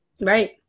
Right